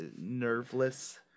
nerveless